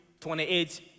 28